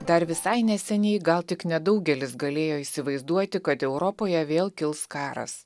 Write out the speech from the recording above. dar visai neseniai gal tik nedaugelis galėjo įsivaizduoti kad europoje vėl kils karas